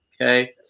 okay